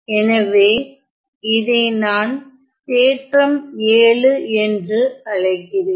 எனவே இதை நான் தேற்றம் 7 என்று அழைக்கிறேன்